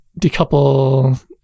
decouple